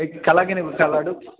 এই কালাৰ কেনেকুৱা কালাৰটো